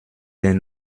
den